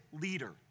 leader